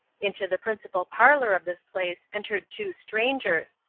into the principal parlour of this place entered two strangers,